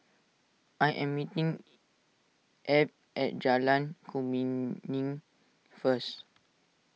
I am meeting Ebb at Jalan Kemuning first